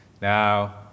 Now